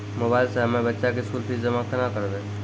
Mobile से हम्मय बच्चा के स्कूल फीस जमा केना करबै?